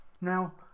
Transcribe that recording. now